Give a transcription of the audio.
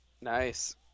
Nice